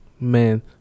Man